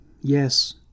Yes